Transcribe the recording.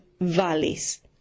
valleys